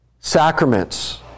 Sacraments